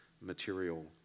material